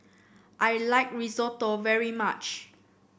I like Risotto very much